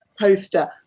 poster